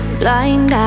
blind